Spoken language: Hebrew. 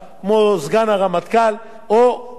או חזרו לעבוד כאזרחים עובדי צה"ל.